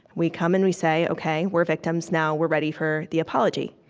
we come and we say, ok, we're victims. now we're ready for the apology.